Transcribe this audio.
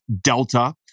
Delta